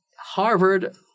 Harvard